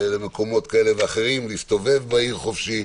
למקומות כאלה ואחרים, להסתובב בעיר חופשי.